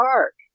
Park